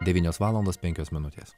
devynios valandos penkios minutės